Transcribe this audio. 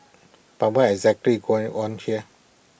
but what is actually going on here